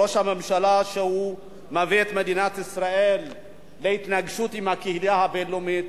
ראש ממשלה שמביא את מדינת ישראל להתנגשות עם הקהילה הבין-לאומית,